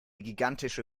gigantische